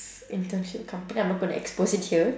internship company I'm not gonna expose it here